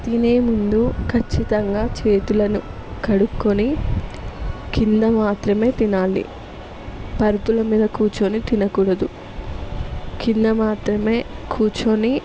తినే ముందు ఖచ్చితంగా చేతులను కడుక్కుని కింద మాత్రమే తినాలి పరుపుల మీద కూర్చుని తినకూడదు కింద మాత్రమే కూర్చుని